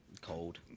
cold